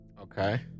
Okay